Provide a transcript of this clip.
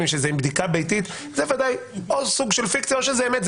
עם בדיקה ביתית זה סוג של פיקציה או שזו אמת,